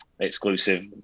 exclusive